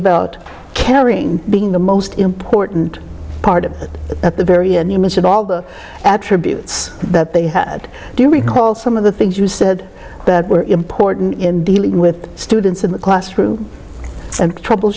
about caring being the most important part of at the very any minute all the attributes that they had do you recall some of the things you said that were important in dealing with students in the classroom and trouble